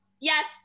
yes